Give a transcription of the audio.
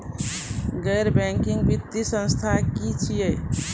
गैर बैंकिंग वित्तीय संस्था की छियै?